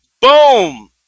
Boom